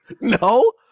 No